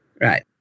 Right